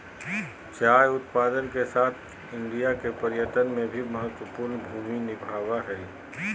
चाय उत्पादन के साथ साथ इंडिया के पर्यटन में भी महत्वपूर्ण भूमि निभाबय हइ